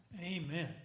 Amen